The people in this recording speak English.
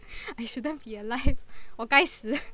I shouldn't be alive 我该死